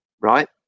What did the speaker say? right